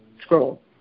scroll